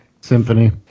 symphony